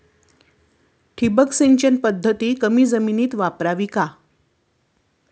ठिबक सिंचन पद्धत कमी जमिनीत वापरावी का?